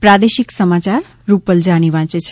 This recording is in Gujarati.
પ્રાદેશિક સમાચાર રૂપલ જાનિ વાંચે છે